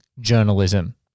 journalism